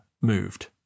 moved